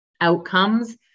outcomes